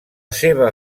seva